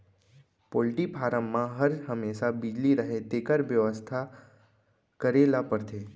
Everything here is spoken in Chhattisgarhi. पोल्टी फारम म हर हमेसा बिजली रहय तेकर बेवस्था करे ल परथे